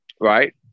right